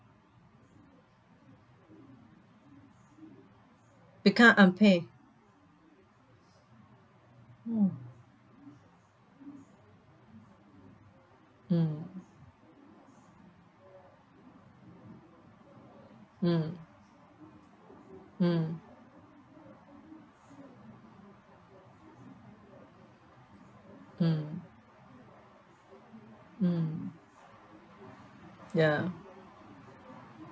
become unpaid mm mm mm mm mm mm ya